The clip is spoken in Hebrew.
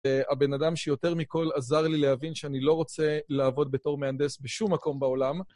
הבן אדם שיותר מכל עזר לי להבין שאני לא רוצה לעבוד בתור מהנדס בשום מקום בעולם.